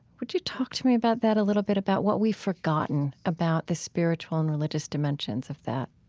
would you talk to me about that a little bit, about what we've forgotten about the spiritual and religious dimensions of that?